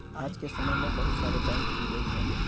आज के समय में बहुत सारे बैंक खुल गयल हौ